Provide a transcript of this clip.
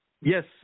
Yes